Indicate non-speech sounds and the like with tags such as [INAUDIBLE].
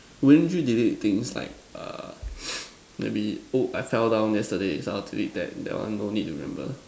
won't you delete things like uh [NOISE] maybe oh I fell down yesterday so to it like that one no need to remember